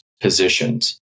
positions